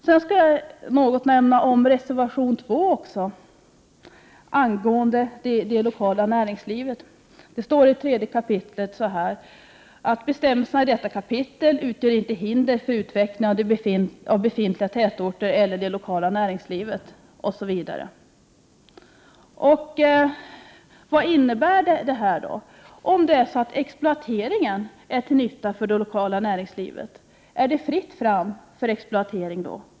Slutligen vill jag nämna något om reservation 2 angående det lokala näringslivet. Det står i 3 kap. i naturresurslagen bl.a.: ”Bestämmelserna i detta kapitel utgör inte hinder för utvecklingen av befintliga tätorter eller det lokala näringslivet ———.” Vad innebär de? Om det är så att exploatering är till nytta för det lokala näringslivet, är det då fritt fram för exploatering?